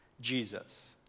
Jesus